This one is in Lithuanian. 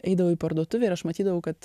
eidavau į parduotuvę ir aš matydavau kad